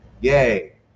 Yay